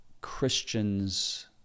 Christians